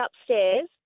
upstairs